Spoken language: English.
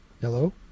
Hello